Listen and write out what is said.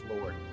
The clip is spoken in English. Lord